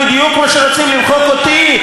בדיוק כמו שרוצים למחוק אותי.